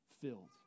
filled